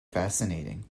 fascinating